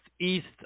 east